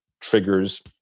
triggers